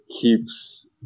keeps